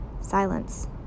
Silence